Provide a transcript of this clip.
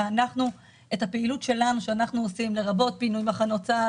את הפעילות שאנחנו עושים, לרבות פינוי מחנות צה"ל